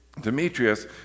Demetrius